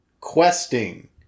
Questing